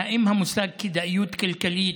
האם המושג "כדאיות כלכלית"